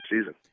season